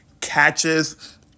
catches